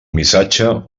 missatge